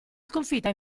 sconfitta